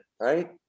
right